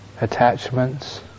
attachments